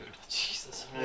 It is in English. Jesus